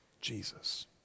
Jesus